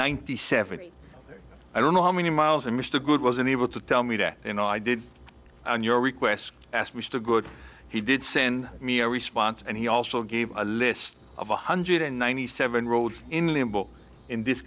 ninety seven i don't know how many miles and mr good wasn't able to tell me that you know i did on your request asked which the good he did send me a response and he also gave a list of one hundred ninety seven roads in the book in this